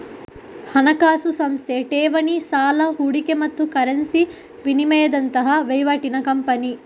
ಹಣಕಾಸು ಸಂಸ್ಥೆ ಠೇವಣಿ, ಸಾಲ, ಹೂಡಿಕೆ ಮತ್ತು ಕರೆನ್ಸಿ ವಿನಿಮಯದಂತಹ ವೈವಾಟಿನ ಕಂಪನಿ